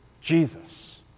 Jesus